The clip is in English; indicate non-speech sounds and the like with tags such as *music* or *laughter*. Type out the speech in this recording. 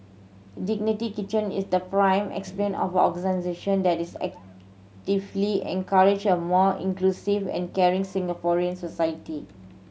Dignity Kitchen is the prime *unintelligible* of organisation that is actively encouraging a more inclusive and caring Singaporean society